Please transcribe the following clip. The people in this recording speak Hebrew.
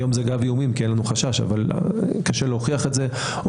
היום זה אגב איומים כי אין לנו חשש אבל קשה להוכיח או